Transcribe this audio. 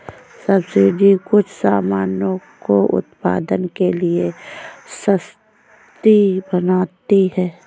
subsidy कुछ सामानों को उत्पादन के लिए सस्ती बनाती है